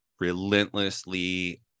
relentlessly